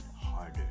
harder